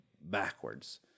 backwards